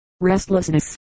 restlessness